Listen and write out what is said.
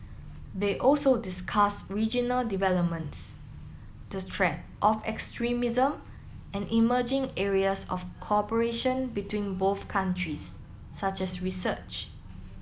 they also discuss regional developments the chat of extremism and emerging areas of cooperation between both countries such as research